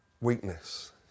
weakness